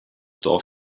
dorf